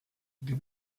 die